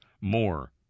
more